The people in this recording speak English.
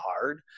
hard